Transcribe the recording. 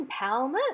empowerment